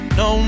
no